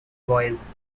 boys